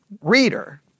reader